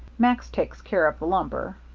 max takes care of the lumber.